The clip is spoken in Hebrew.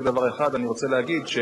רק דבר אחד אני רוצה להגיד,